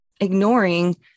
ignoring